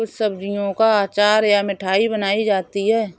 कुछ सब्जियों का अचार और मिठाई बनाई जाती है